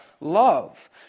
love